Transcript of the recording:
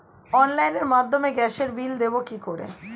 অনলাইনের মাধ্যমে গ্যাসের বিল দেবো কি করে?